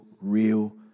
real